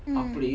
mm